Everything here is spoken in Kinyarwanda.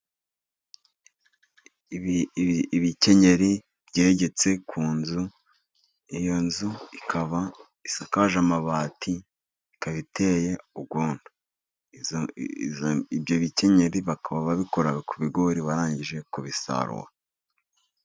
Ibikenyeri byegetse ku nzu ,iyo nzu ikaba isakaje amabati ,ikaba iteye urwondo . Ibyo bikenyeri bakaba babikura ku bigori barangije kubisarura.